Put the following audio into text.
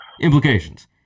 implications